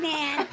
Man